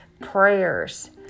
prayers